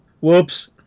Whoops